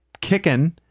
kicking